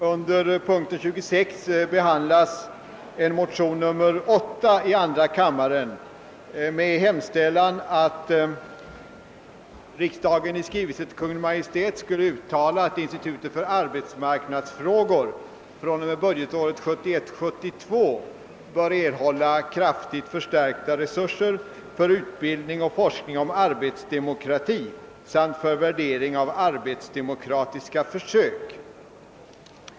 Under punkten 26 behandlas förutom Kungl. Maj:ts förslag till de likalydande motionerna I: 6 och II:8 med hemställan att riksdagen i skrivelse till Kungl. Maj:t uttalar att institutet för arbetsmarknadsfrågor fr.o.m. budgetåret 1971/72 bör erhålla kraftigt förstärkta resurser för utbildning och forskning om arbetsdemokrati samt för värdering av arbetsdemokratiska försök.